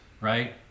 right